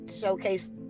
showcase